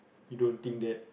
you don't think that